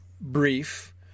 brief